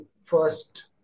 first